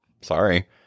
Sorry